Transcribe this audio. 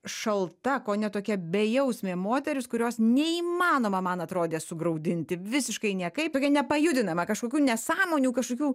šalta kone tokia bejausmė moteris kurios neįmanoma man atrodė sugraudinti visiškai niekaip nepajudinama kažkokių nesąmonių kažkokių